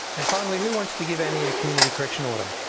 and finally, who wants to give annie a community correction order?